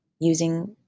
using